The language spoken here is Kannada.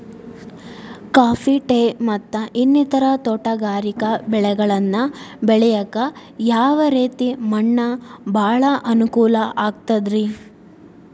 ಕಾಫಿ, ಟೇ, ಮತ್ತ ಇನ್ನಿತರ ತೋಟಗಾರಿಕಾ ಬೆಳೆಗಳನ್ನ ಬೆಳೆಯಾಕ ಯಾವ ರೇತಿ ಮಣ್ಣ ಭಾಳ ಅನುಕೂಲ ಆಕ್ತದ್ರಿ?